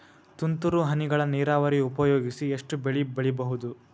ತುಂತುರು ಹನಿಗಳ ನೀರಾವರಿ ಉಪಯೋಗಿಸಿ ಎಷ್ಟು ಬೆಳಿ ಬೆಳಿಬಹುದು?